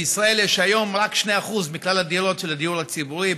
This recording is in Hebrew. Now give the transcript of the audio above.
בישראל היום רק 2% מכלל הדירות הן של הדיור הציבורי,